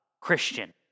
christian